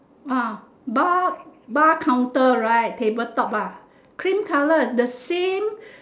ah bar bar counter right table top ah cream colour the same